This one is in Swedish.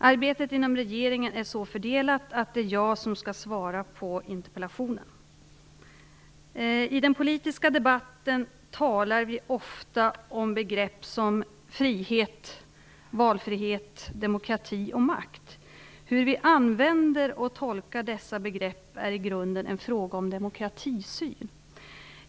Arbetet inom regeringen är så fördelat att det är jag som skall svara på interpellationen. I den politiska debatten talar vi ofta om begrepp som frihet, valfrihet, demokrati och makt. Hur vi använder och tolkar dessa begrepp är i grunden en fråga om demokratisyn.